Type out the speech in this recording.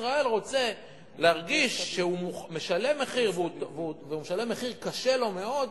כי העם בישראל רוצה להרגיש שכשהוא משלם מחיר קשה מאוד,